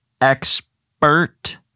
expert